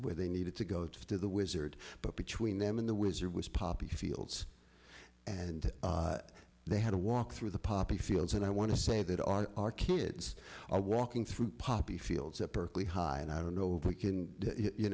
where they needed to go to the wizard but between them and the wizard was poppy fields and they had a walk through the poppy fields and i want to say that our our kids are walking through poppy fields at berkeley high and i don't know if we can you